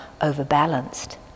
overbalanced